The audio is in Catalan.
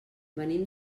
venim